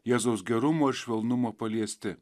jėzaus gerumo ir švelnumo paliesti